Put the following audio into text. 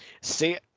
See